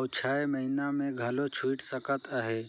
अउ छै महिना में घलो छुइट सकत अहे